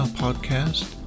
podcast